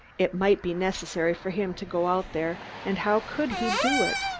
it might be necessary for him to go out there, and how could he do it?